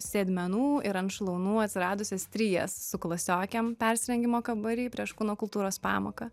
sėdmenų ir ant šlaunų atsiradusias strijas su klasiokėm persirengimo kambary prieš kūno kultūros pamoką